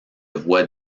voit